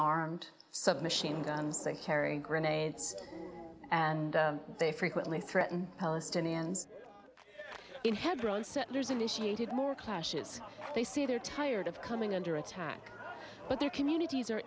armed submachine guns they carry grenades and they frequently threaten palestinians in hebron settler's initiated more clashes they say they're tired of coming under attack but their communities are